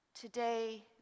Today